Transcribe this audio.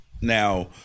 Now